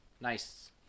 nice